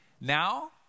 Now